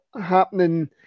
happening